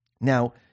Now